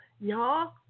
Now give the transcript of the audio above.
y'all